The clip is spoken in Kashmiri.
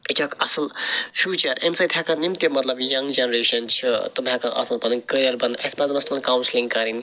یہِ چھُ اکھ اصٕل فیٛوٗچَر اَمہِ سۭتۍ ہیٚکَن یِم تہِ مطلب یَنٛگ جَنریشَن چھِ تِم ہیٚکَن اتھ مَنٛز پَنٕنۍ کیریَر بَنٲیِتھ اسہِ پَزِ کونٛسلٕنٛگ کَرٕنۍ